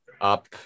up